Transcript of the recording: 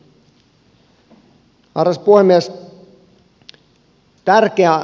arvoisa puhemies